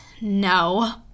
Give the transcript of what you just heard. No